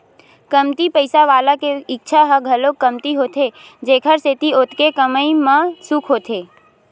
कमती पइसा वाला के इच्छा ह घलो कमती होथे जेखर सेती ओतके कमई म खुस होथे